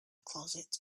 closet